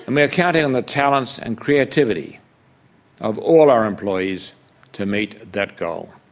and we are counting on the talents and creativity of all our employees to meet that goal.